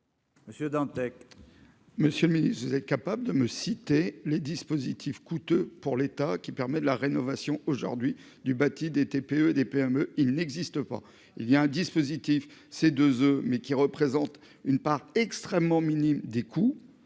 Monsieur le Ministre, vous êtes capable de me citer les dispositifs coûteux pour l'État, qui permet de la rénovation aujourd'hui du bâti des TPE, des PME, il n'existe pas, il y a un dispositif ces 2 E mais qui représente une part extrêmement minime des coups,